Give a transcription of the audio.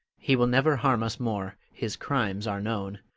he will never harm us more his crimes are known.